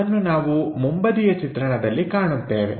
ಅದನ್ನು ನಾವು ಮುಂಬದಿಯ ಚಿತ್ರಣದಲ್ಲಿ ಕಾಣುತ್ತೇವೆ